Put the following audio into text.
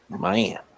Man